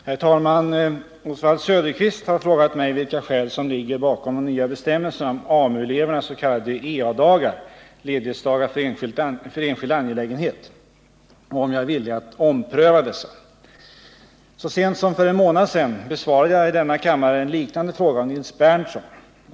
Herr talman! Oswald Söderqvist har frågat mig vilka skäl som ligger bakom de nya bestämmelserna om AMU-elevernass.k. ea-dagar, ledighetsdagar för enskild angelägenhet, och om jag är villig att ompröva dessa. Så sent som för en månad sedan besvarade jag i denna kammare en liknande fråga av Nils Berndtson.